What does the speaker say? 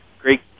great